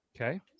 Okay